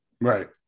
Right